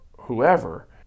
whoever